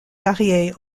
varié